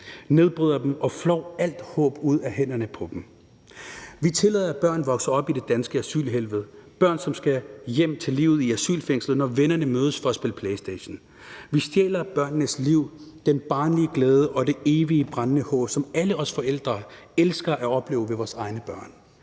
nedbryder dem og flår alt håb ud af hænderne på dem. Vi tillader, at børn vokser op i det danske asylhelvede – børn, som skal hjem til livet i asylfængslet, når vennerne mødes for at spille PlayStation. Vi stjæler børnenes liv, den barnlige glæde og det evige brændende håb, som alle vi forældre elsker at opleve hos vores egne børn.